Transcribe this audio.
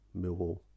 Millwall